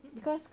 mm mm